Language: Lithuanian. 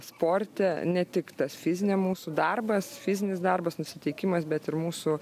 sporte ne tik tas fizinė mūsų darbas fizinis darbas nusiteikimas bet ir mūsų